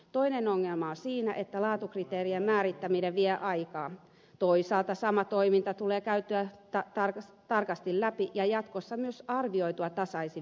toinen ongelma on siinä että laatukriteerien määrittäminen vie aikaa toisaalta sama toiminta tulee käytyä tarkasti läpi ja jatkossa myös arvioitua tasaisin väliajoin